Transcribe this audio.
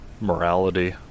morality